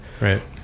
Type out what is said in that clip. Right